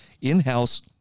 in-house